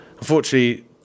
Unfortunately